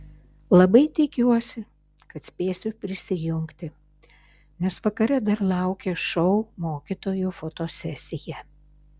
labai tikiuosi kad spėsiu prisijungti nes vakare dar laukia šou mokytojų fotosesija